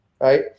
right